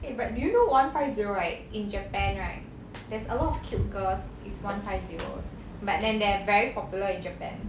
eh but do you know one five zero right in japan right there's a lot of cute girls is one five zero eh but then they are very popular in japan